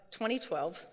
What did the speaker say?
2012